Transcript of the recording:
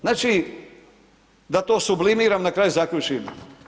Znači, da to sublimiram, na kraju zaključim.